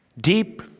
Deep